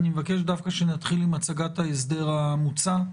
אני מבקש דווקא שנתחיל עם הצגת ההסדר המוצע.